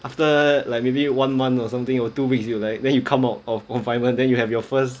after like maybe one month or something or two weeks you like then you come out of confinement then you have your first